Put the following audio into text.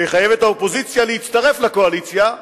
שיחייב את האופוזיציה להצטרף לקואליציה,